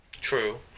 true